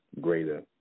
greater